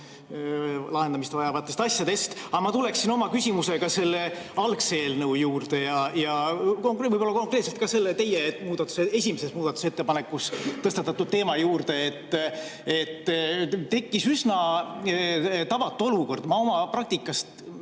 lahendamist vajavatest asjadest. Aga ma tuleksin oma küsimusega selle algse eelnõu juurde ja konkreetselt ka teie esimeses muudatusettepanekus tõstatatud teema juurde. Tekkis üsna tavatu olukord. Ma oma praktikast